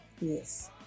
Yes